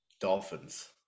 Dolphins